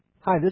Hi